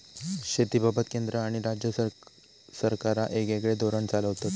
शेतीबाबत केंद्र आणि राज्य सरकारा येगयेगळे धोरण चालवतत